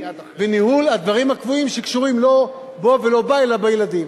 ניהול הדברים הקבועים שקשורים לא בו ולא בה אלא בילדים.